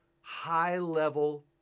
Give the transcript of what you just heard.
high-level